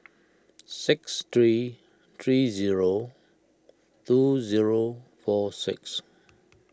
six three three zero two zero four six